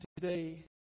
today